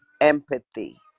empathy